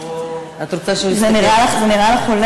לבך, ועד שאני לא אקבל אותה אני לא אמשיך לדבר.